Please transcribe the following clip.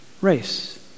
race